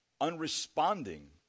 unresponding